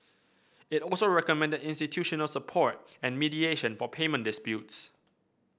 it also recommended institutional support and mediation for payment disputes